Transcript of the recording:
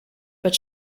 but